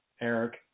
Eric